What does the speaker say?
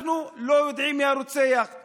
אנחנו לא יודעים מי הרוצח.